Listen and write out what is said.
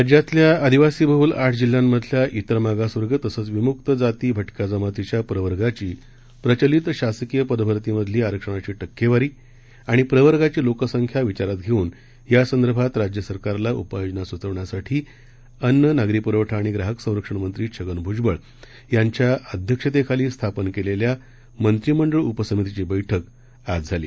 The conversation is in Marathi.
राज्यातल्याआदिवासीबहलआठजिल्ह्यांतल्याइतरमागासवर्गतसंचविम्क्तजातीभट क्याजमातीच्याप्रवर्गाचीप्रचलितशासकीयपदभरतीमधीलआरक्षणाचीटक्केवारीआणीप्रवर्गाची लोकसंख्याविचारातघेऊनयासंदर्भातराज्यसरकारलाउपाययोजनास्चवण्यासाठीअन्न नागरीप्रवठाआणिग्राहकसंरक्षणमंत्रीछगनभ्जबळयांच्याअध्यक्षतेखालीस्थापनकेलेल्यामंत्रि मंडळउपसमितीचीबैठकआजझाली